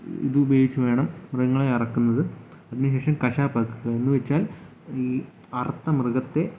ഇതുപയോഗിച്ച് വേണം മൃഗങ്ങളെയറക്കുന്നത് അതിനുശേഷം കശാപ്പാക്ക എന്നു വെച്ചാൽ ഈ അറത്ത മൃഗത്തെ